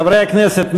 חברי הכנסת,